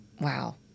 Wow